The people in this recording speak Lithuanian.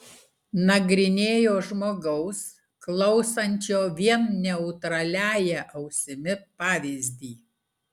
nagrinėjo žmogaus klausančio vien neutraliąja ausimi pavyzdį